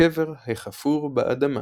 בקבר החפור באדמה.